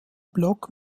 block